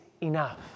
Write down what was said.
enough